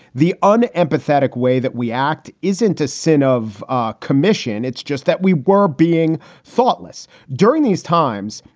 the unempathetic way that we act isn't a sin of ah commission. it's just that we were being thoughtless during these times.